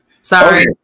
Sorry